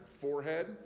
forehead